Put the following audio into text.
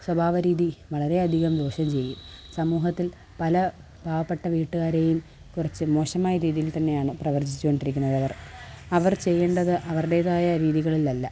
സ്വഭാവരീതി വളരെയധികം ദോഷം ചെയ്യും സമൂഹത്തില് പല പാവപ്പെട്ട വീട്ടുകാരെയും കുറിച്ച് മോശമായ രീതിയില് തന്നെയാണ് പ്രവര്ത്തിച്ചു കൊണ്ടിരിക്കുന്നത് അവര് ചെയ്യേണ്ടത് അവരുടേതായ രീതികളിളല്ല